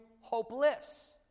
hopeless